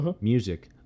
Music